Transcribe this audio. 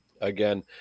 again